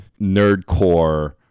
nerdcore